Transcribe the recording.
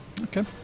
Okay